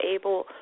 able